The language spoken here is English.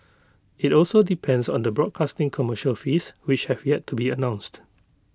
IT also depends on the broadcasting commercial fees which have yet to be announced